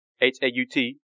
H-A-U-T